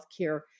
healthcare